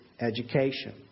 Education